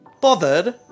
Bothered